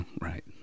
Right